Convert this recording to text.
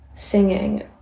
singing